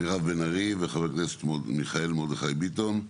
מירב בן ארי וחה"כ מיכאל מרדכי ביטון.